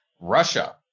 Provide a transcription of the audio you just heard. Russia